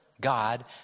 God